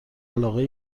علاقه